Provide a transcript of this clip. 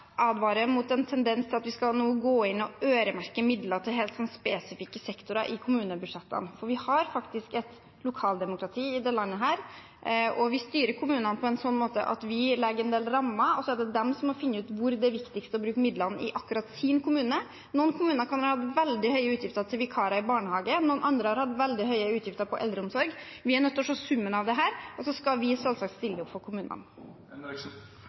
mot en tendens til at vi nå skal gå inn og øremerke midler til helt spesifikke sektorer i kommunebudsjettene. For vi har faktisk et lokaldemokrati i dette landet, og vi styrer kommunene på en sånn måte at vi legger en del rammer, og så er det de som må finne ut hvor det er viktigst å bruke midler i akkurat sin kommune. Noen kommuner kan ha veldig høye utgifter til vikarer i barnehage, mens andre har hatt veldig høye utgifter til eldreomsorg. Vi er nødt til å se summen av dette, og så skal vi selvsagt stille opp for kommunene.